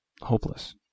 hopeless